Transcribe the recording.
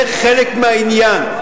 זה חלק מהעניין.